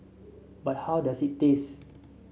but how does it taste